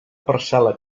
parcel·la